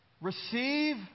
receive